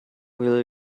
will